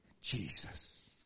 Jesus